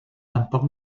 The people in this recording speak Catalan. tampoc